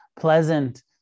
pleasant